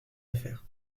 affaires